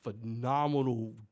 phenomenal